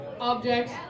Objects